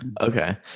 Okay